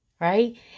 right